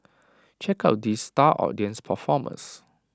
check out these star audience performers